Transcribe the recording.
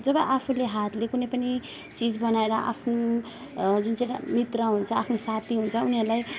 जब आफूले हातले कुनै पनि चिज बनाएर आफ्नो जुन चाहिँ मित्र हुन्छ आफ्नो साथी हुन्छ उनीहरूलाई